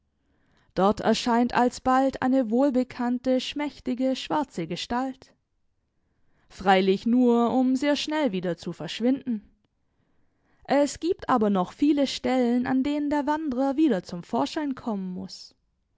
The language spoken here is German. dort erscheint alsbald eine wohlbekannte schmächtige schwarze gestalt freilich nur um sehr schnell wieder zu verschwinden es gibt aber noch viele stellen an denen der wanderer wieder zum vorschein kommen muß